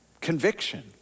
conviction